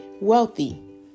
wealthy